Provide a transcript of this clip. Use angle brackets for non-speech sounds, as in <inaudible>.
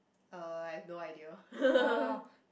uh I have no idea <laughs>